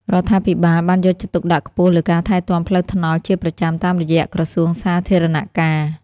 រដ្ឋាភិបាលបានយកចិត្តទុកដាក់ខ្ពស់លើការថែទាំផ្លូវថ្នល់ជាប្រចាំតាមរយៈក្រសួងសាធារណការ។